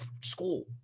school